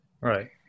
Right